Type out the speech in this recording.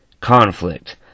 Conflict